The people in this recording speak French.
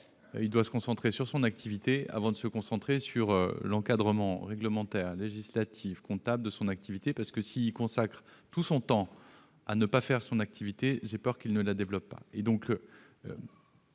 doit se concentrer sur son activité avant de se concentrer sur l'encadrement réglementaire, législatif, comptable de son activité. En effet, s'il consacre son temps à autre chose qu'à son activité, je crains qu'il ne la développe pas.